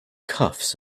cuffs